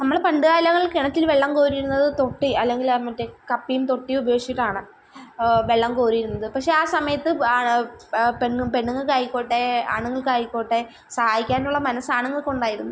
നമ്മൾ പണ്ടു കാലങ്ങളിൽ കിണറ്റിൽ വെള്ളം കോരിയിരുന്നത് തൊട്ടി അല്ലെങ്കിൽ മറ്റേ കപ്പിയും തൊട്ടിയും ഉപയോഗിച്ചിട്ടാണ് വെള്ളം കോരിയിരുന്നത് പക്ഷെ ആ സമയത്ത് പെണ്ണ് പെണ്ണുകൾക്കായിക്കോട്ടെ ആണുങ്ങൾക്കായിക്കോട്ടെ സഹായിക്കാനുള്ള മനസ്സ് ആണുങ്ങൾക്കുണ്ടായിരുന്നു